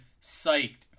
psyched